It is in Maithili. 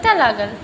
कतऽ लागल